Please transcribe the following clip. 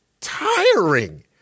tiring